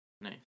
Nice